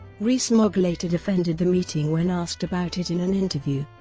rees-mogg later defended the meeting when asked about it in an interview,